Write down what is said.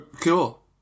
Cool